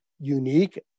unique